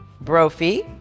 Brophy